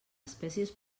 espècies